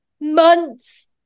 months